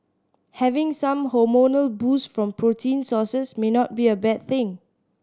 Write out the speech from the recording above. having some hormonal boost from protein sources may not be a bad thing